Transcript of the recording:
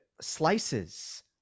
slices